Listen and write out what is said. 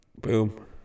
Boom